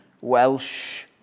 Welsh